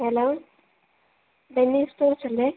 hello tennis stores അല്ലേ